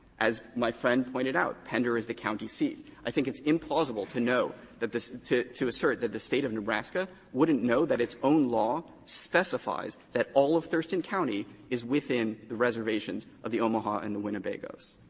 as my friend pointed out, pender is the county seat. i think it's implausible to know that the to to assert that the state of nebraska wouldn't know that its own law specifies that all of thurston county is within the reservations of the omaha and the winnebagos.